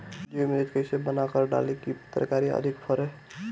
जीवमृत कईसे बनाकर डाली की तरकरी अधिक फरे?